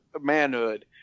manhood